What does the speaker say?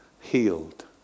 healed